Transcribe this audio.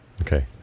okay